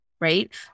Right